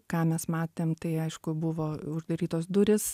ką mes matėm tai aišku buvo uždarytos durys